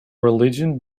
religion